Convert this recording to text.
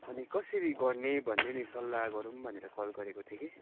अनि कसरी गर्ने भन्ने सल्लाह गरौ भनेर गरेको थिएँ कि